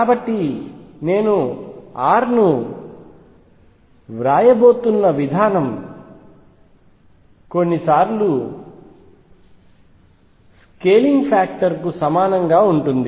కాబట్టి నేను r ను వ్రాయబోతున్న విధానం కొన్ని సార్లు x స్కేలింగ్ ఫ్యాక్టర్కు సమానంగా ఉంటుంది